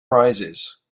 prizes